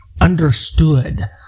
understood